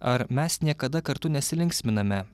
ar mes niekada kartu nesilinksminame